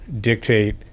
dictate